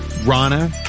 Rana